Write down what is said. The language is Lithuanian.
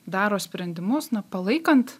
daro sprendimus na palaikant